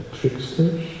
trickster